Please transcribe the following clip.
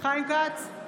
חיים כץ,